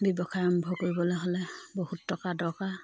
ব্যৱসায় আৰম্ভ কৰিবলে হ'লে বহুত টকা দৰকাৰ